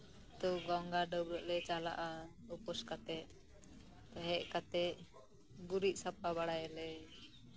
ᱛᱳ ᱜᱚᱝᱜᱟ ᱰᱟᱹᱵᱨᱟᱹᱜ ᱞᱮ ᱪᱟᱞᱟᱜᱼᱟ ᱩᱯᱟᱹᱥ ᱠᱟᱛᱮᱫ ᱦᱮᱡ ᱠᱟᱛᱮᱫ ᱜᱩᱨᱤᱡ ᱥᱟᱯᱷᱟ ᱵᱟᱲᱟᱭᱟᱞᱮ